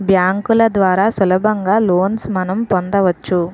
బ్యాంకుల ద్వారా సులభంగా లోన్స్ మనం పొందవచ్చు